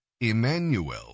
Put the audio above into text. Emmanuel